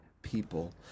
People